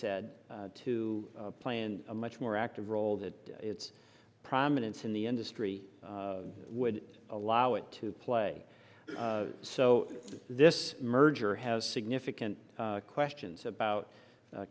said to plan a much more active role that it's prominence in the industry would allow it to play so this merger has significant questions about